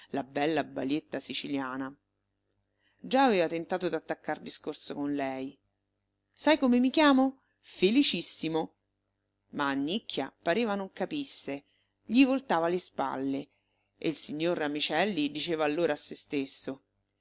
la bella balietta siciliana già aveva tentato d'attaccar discorso con lei sai come mi chiamo felicissimo ma annicchia pareva non capisse gli voltava le spalle e il signor ramicelli diceva allora a sé stesso